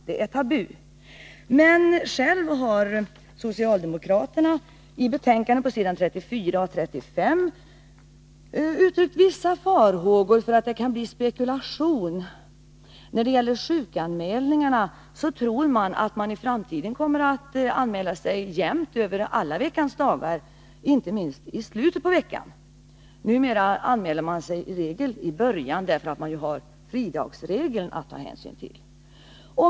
Därför är det rätt intressant att läsa socialdemokraternas reservation på s. 34 och 35 i betänkandet. I den uttrycker de vissa farhågor för att det kan bli en spekulation. De tror att man i framtiden kommer att sjukanmäla sig jämnt över alla veckans dagar, inte minst i slutet på veckan. Numera sjukanmäler man sig i regel i början på veckan därför att man har fridagsregeln att ta hänsyn tili.